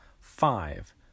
five